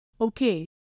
Okay